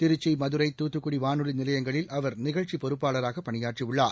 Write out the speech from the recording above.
திருச்சி மதுரை தூத்துக்குடி வானொலி நிலையங்களில் அவர் நிகழ்ச்சி பொறுப்பாளராக பணியாற்றியுள்ளார்